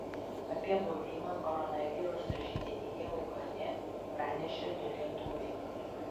apie buvimą koronaviruso židinyje uhane pranešė du lietuviai